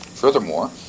Furthermore